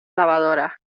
lavadoras